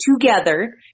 together